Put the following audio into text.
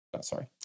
Sorry